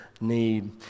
need